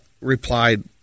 replied